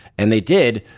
and they did,